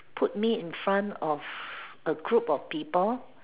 put me in front of a group of people